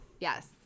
Yes